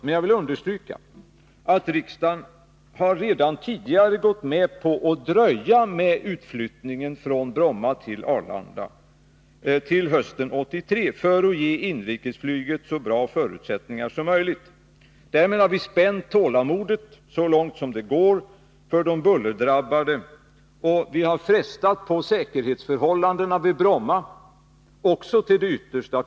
Men jag vill understryka att riksdagen redan tidigare har gått med på att dröja med utflyttningen från Bromma till Arlanda till hösten 1983, för att ge inrikesflyget så bra förutsättningar som möjligt. Därmed har vi spänt tålamodet så långt som det går för de bullerdrabbade, och vi har frestat på säkerhetsförhållandena vid Bromma också till det yttersta.